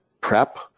prep